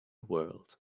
world